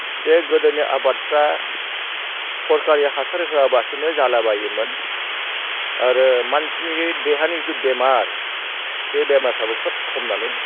जे गोदोनि आबादफ्रा सरकारि हासार होआबासिनो जालाबायोमोन आरो मानसिनि देहानि जिथु बेमार बे बेमारफ्राबो खोब खमनानै